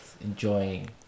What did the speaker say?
enjoying